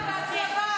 מישהו דיבר איתך?